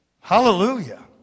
Hallelujah